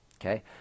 okay